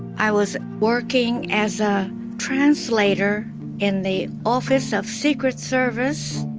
i was working as a translator in the office of secret service.